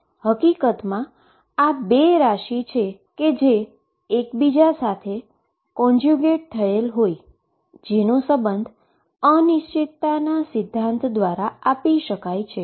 હકિકત મા 2 રાશી કે જે એકબીજા સાથે કોંજ્યુગેટ થયેલ હોય જેનો સંબંધ અનસર્ટીનીટી પ્રિન્સીપલ દ્વારા આપી શકાય છે